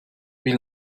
wie